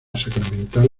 sacramental